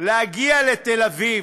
להגיע לתל-אביב,